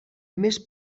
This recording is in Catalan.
més